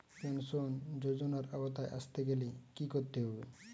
Pension যজোনার আওতায় আসতে গেলে কি করতে হবে?